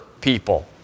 people